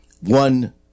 One